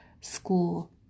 school